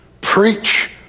preach